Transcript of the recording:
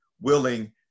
Willing